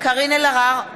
קארין אלהרר,